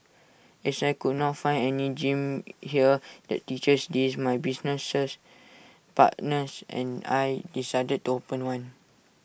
as I could not find any gym here that teaches this my businesses partners and I decided to open one